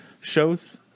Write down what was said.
shows